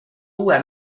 uue